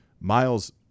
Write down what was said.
Miles